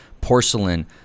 porcelain